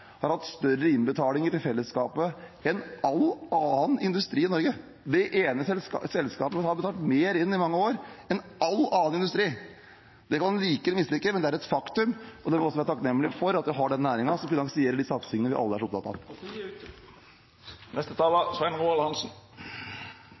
har hatt større innbetalinger til fellesskapet enn all annen industri i Norge – det ene selskapet som har betalt inn mer i alle år enn all annen industri. Det kan man like eller mislike, men det er et faktum. Da må vi også være takknemlig for at vi har den næringen som finansierer de satsingene vi alle er så opptatt av.